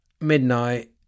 midnight